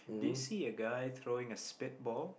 do you see a guy throwing a speed ball